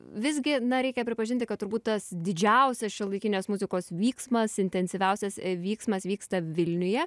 visgi na reikia pripažinti kad turbūt tas didžiausias šiuolaikinės muzikos vyksmas intensyviausias vyksmas vyksta vilniuje